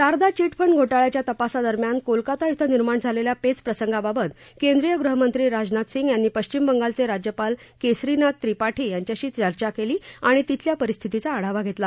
Sharda chit fund घोटाळ्याच्या तपासादरम्यान कोलकाता श्वे निर्माण झालेल्या पेचप्रसंगाबाबत केंद्रीय गृहमंत्री राजनाथ सिंग यांनी पश्चिम बंगालचे राज्यपाल केसरीनाथ त्रिपाटी यांच्याशी चर्चा केली आणि तिथल्या परिस्थितीचा आढावा घेतला